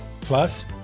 Plus